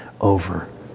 over